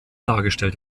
dargestellt